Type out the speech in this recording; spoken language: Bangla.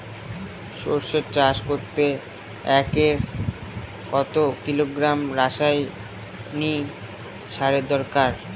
সরষে চাষ করতে একরে কত কিলোগ্রাম রাসায়নি সারের দরকার?